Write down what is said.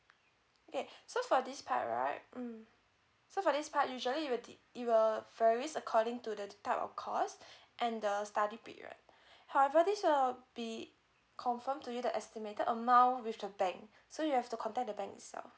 okay so for this part right mm so for this part usually it will di~ it will varies according to the type of course and the study period however this will be confirmed to you the estimated amount with the bank so you have to contact the bank itself